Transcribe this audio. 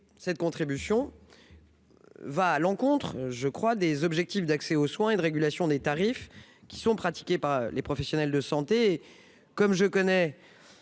cette contribution ira à l'encontre, je crois, des objectifs d'accès aux soins et de régulation des tarifs pratiqués par les professionnels de santé.